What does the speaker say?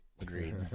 agreed